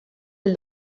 del